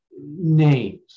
names